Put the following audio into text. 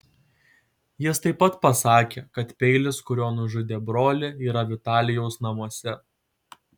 jis taip pat pasakė kad peilis kuriuo nužudė brolį yra vitalijaus namuose